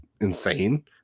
insane